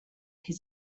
his